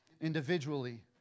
individually